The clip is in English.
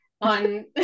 on